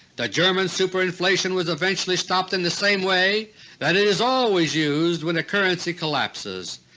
the german super-inflation was eventually stopped in the same way that is always used when the currency collapses.